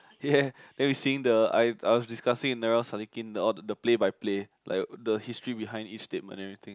ya then we sing the I I was discussing with Narelle Salikin the play by play like the history behind each statement everything